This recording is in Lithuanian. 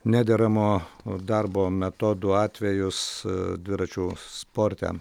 nederamo darbo metodų atvejus dviračių sporte